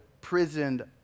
prisoned